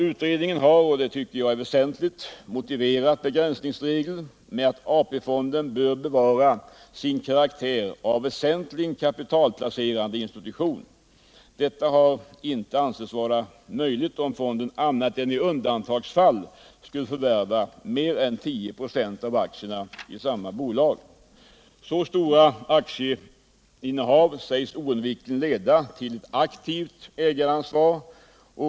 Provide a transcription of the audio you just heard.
Utredningen har —och detta tycker jag är väsentligt — motiverat begränsningsregeln med att AP-fonden bör bevara sin karaktär av väsentligen kapitalplacerande institution. Detta har inte ansetts vara möjligt, om fonden annat än i undantagsfall skulle förvärva mer än 10 96 av aktierna i samma bolag. Så stora aktieinnehav sägs oundvikligen leda till ett aktivt ägaransvar.